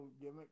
gimmick